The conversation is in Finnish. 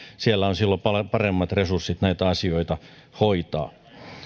siellä on silloin paremmat resurssit näitä asioita hoitaa